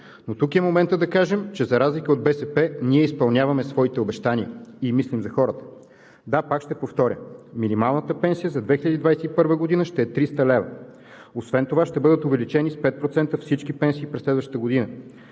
Но тук е моментът да кажем, че за разлика от БСП ние изпълняваме своите обещания и мислим за хората. Да, пак ще повторя: минималната пенсия за 2021 г. ще е 300 лв. Освен това ще бъдат увеличени с 5% всички пенсии през следващата година.